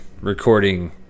recording